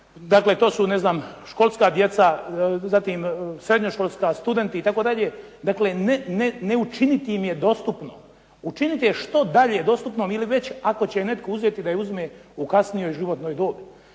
dakle to su ne znam, školska djeca zatim srednjoškolska, studenti itd., dakle ne učiniti im je dostupnom. Učiniti je što dalje dostupnom ili već ako će netko uzeti da je uzme u kasnijoj životnoj dobi.